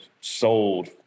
sold